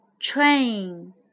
Train